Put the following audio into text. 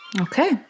Okay